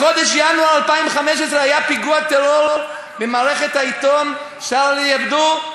בחודש ינואר 2015 היה פיגוע טרור במערכת העיתון "שארלי הבדו".